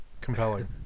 Compelling